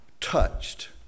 touched